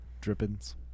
Drippings